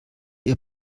ihr